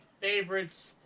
favorites